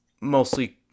Mostly